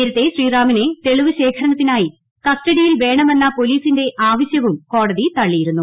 നേരത്തെ ശ്രീറാമിനെ തെളിവ് ശേഖരണത്തിനായി കസ്റ്റഡിയിൽ വേണമെന്ന പോലീസിന്റെ ആവശ്യവും കോടതി തള്ളിയിരുന്നു